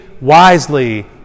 wisely